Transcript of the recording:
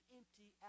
empty